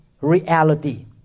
reality